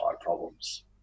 problems